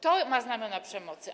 To ma znamiona przemocy.